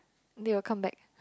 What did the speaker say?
they will come back